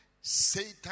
Satan